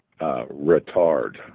Retard